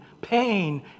pain